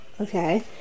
Okay